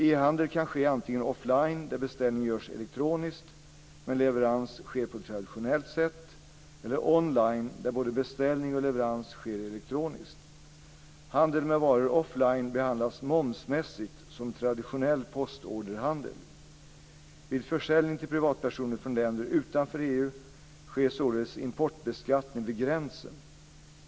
E-handel kan ske antingen off-line där beställning görs elektroniskt men leverans sker på traditionellt sätt, eller online där både beställning och leverans sker elektroniskt. Handel med varor off-line behandlas momsmässigt som traditionell postorderhandel. EU sker således importbeskattning vid gränsen.